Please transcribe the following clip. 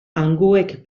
hangoek